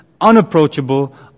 unapproachable